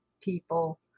people